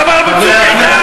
ב"צוק איתן".